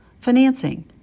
financing